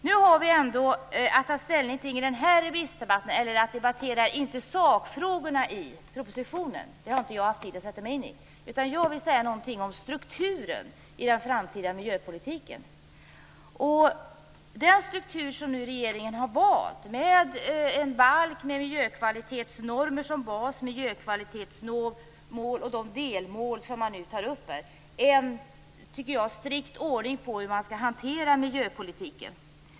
Nu skall vi inte i den här remissdebatten debattera sakfrågorna i propositionen - jag har inte haft tid att sätta mig in i dem - utan jag vill säga något om strukturen i den framtida miljöpolitiken. Den struktur som regeringen nu har valt, med en balk med miljökvalitetsnormer som bas, miljökvalitetsmål och delmål, är en strikt ordning för hur man skall hantera miljöpolitiken.